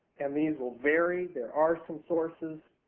and these will vary. there are some sources